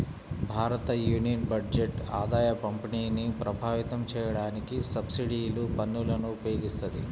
భారతయూనియన్ బడ్జెట్ ఆదాయపంపిణీని ప్రభావితం చేయడానికి సబ్సిడీలు, పన్నులను ఉపయోగిత్తది